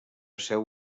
seu